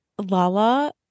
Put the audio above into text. lala